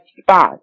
spot